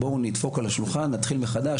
בואו נדפוק על השולחן ונתחיל מחדש,